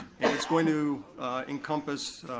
and it's going to encompass